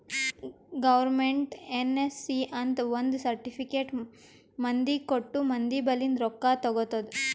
government NSC ಅಂತ್ ಒಂದ್ certificate ಮಂದಿಗ ಕೊಟ್ಟು ಮಂದಿ ಬಲ್ಲಿಂದ್ ರೊಕ್ಕಾ ತಗೊತ್ತುದ್